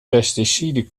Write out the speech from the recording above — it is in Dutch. pesticiden